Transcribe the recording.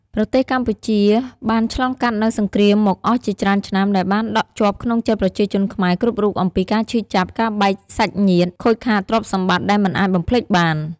ប្រទេសកម្ពុជាបានឆ្លងកាត់នូវសង្រ្គាមមកអស់ជាច្រើនឆ្នាំដែលបានដកជាប់ក្នុងចិត្តប្រជាជនខ្មែរគ្រប់រូបអំពីការឈឺចាប់ ការបែកសាច់ញាតិ ខូចខាតទ្រព្យសម្បត្តិដែលមិនអាចបំភ្លេចបាន។